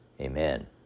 Amen